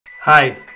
Hi